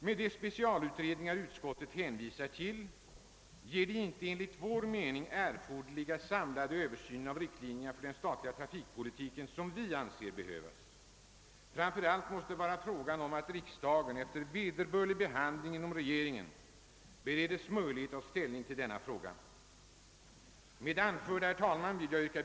Men de specialutredningar som utskottet hänvisar till ger enligt vår mening inte den erforderliga, samlade översynen av riktlinjerna för den statliga trafikpolitiken som vi anser behövas. Framför allt måste riksdagen efter vederbörlig behandling inom regeringen beredas möjlighet att ta ställning till denna fråga. Herr talman!